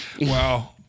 Wow